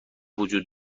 وجود